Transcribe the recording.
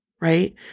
right